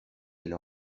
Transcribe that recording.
elle